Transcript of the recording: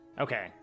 Okay